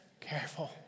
careful